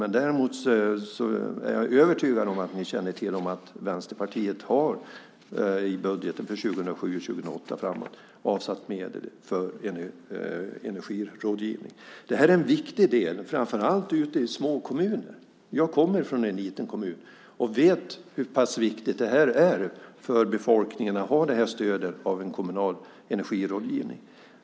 Jag är emellertid övertygad om att ministern känner till att Vänsterpartiet i budgeten för 2007, 2008 och framåt avsatt medel för energirådgivning. Det är en viktig åtgärd framför allt i små kommuner. Jag kommer från en liten kommun och vet hur pass viktigt det är för befolkningen att få stöd genom kommunal energirådgivning.